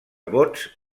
vots